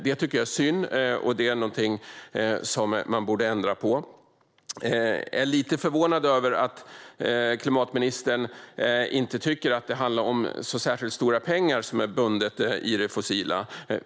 Det är synd. Det borde man ändra på. Jag är lite förvånad över att klimatministern inte tycker att det handlar om särskilt stora pengar som är bundna i det fossila.